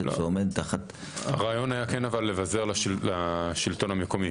הרעיון היה לבזר לשלטון המקומי,